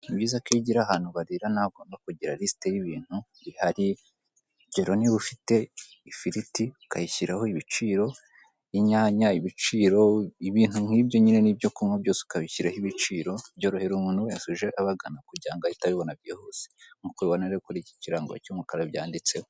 Nibyiza ko iyo ugira ahantu barira nawe ugomba kugira lisite y'ibintu bihari, urugero niba ufite ifiriti ukayishyiraho ibiciro, inyanya ibiciro, ibintu nkibyo nyine n'ibyo kunywa byose ukabishyiraho ibiciro byorohera umuntu wese uje abagana kugirango ahite abibona byihuse nkuko ubibona kur'iki kirango cy'umukara byanditseho.